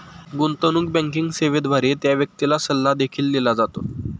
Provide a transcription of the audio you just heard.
गुंतवणूक बँकिंग सेवेद्वारे त्या व्यक्तीला सल्ला देखील दिला जातो